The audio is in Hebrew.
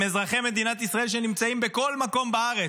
עם אזרחי מדינת ישראל שנמצאים בכל מקום בארץ,